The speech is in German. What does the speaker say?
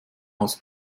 aus